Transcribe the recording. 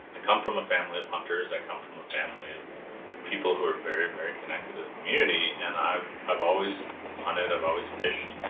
i come from a family of hunters. i come from a family of people who are very very connected to the community and i've i've always hunted. i've always fished.